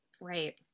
Right